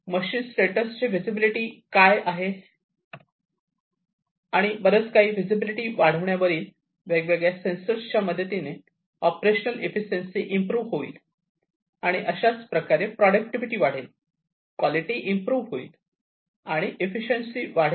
machine status चे visibility काय आहे आणि बरच काही विसिबिलिटी वाढवण्या वरील वेगवेगळ्या सेन्सरच्या मदतीने ऑपरेशन इफिसिएंशी इम्प्रोव्ह होईल आणि अशाच प्रकारे प्रॉडक्टविटी वाढेल क्वॉलिटी इम्प्रोव्ह होईल आणि इफिसिएंशी वाढेल